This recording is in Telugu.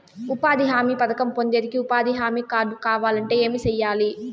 ఉపాధి హామీ పథకం పొందేకి ఉపాధి హామీ కార్డు కావాలంటే ఏమి సెయ్యాలి?